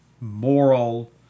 moral